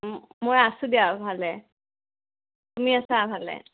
ম মই আছোঁ দিয়া ভালে তুমি আছা ভালে